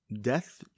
Death